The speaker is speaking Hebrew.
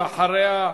אחריה,